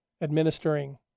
Administering